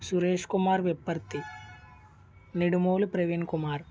Suresh Kumar Vipparthi Nidumolu Praveen Kumar